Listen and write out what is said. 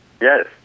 Yes